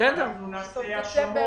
ואנחנו נעשה השלמות.